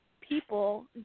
people